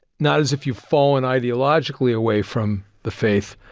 not as if you've fallen ideologically away from the faith,